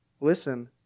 listen